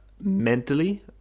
mentally